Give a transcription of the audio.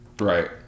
Right